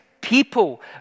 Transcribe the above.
people